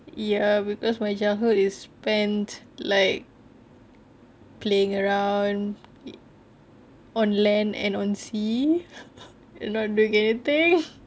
ya because my childhood is spent like playing around on land and on sea not doing anything